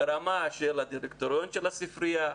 ברמה של הדירקטוריון של הספרייה,